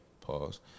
Pause